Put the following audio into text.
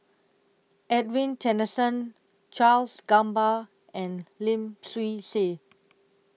Edwin Tessensohn Charles Gamba and Lim Swee Say